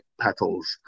petals